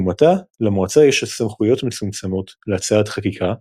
לעומתה, למועצה יש סמכויות מצומצמות להצעת חקיקה,